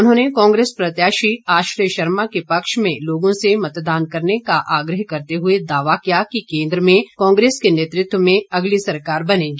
उन्होंने कांग्रेस प्रत्याशी आश्रय शर्मा के पक्ष में लोगों से मतदान करने का आग्रह करते हुए दावा किया कि केन्द्र में कांग्रेस के नेतृत्व में अगली सरकार बनेगी